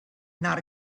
not